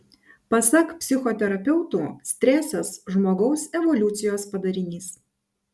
pasak psichoterapeutų stresas žmogaus evoliucijos padarinys